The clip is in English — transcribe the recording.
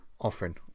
offering